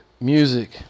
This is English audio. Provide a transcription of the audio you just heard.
music